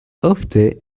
ofte